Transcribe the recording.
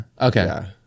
okay